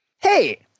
Hey